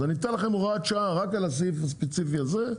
אז אני אתן לכם הוראת שעה רק על הדבר הספציפי הזה,